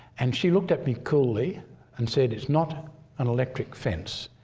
and she looked at me coolly and said, it's not an electric fence,